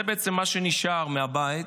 זה בעצם מה שנשאר מהבית,